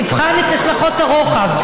נבחן את השלכות הרוחב,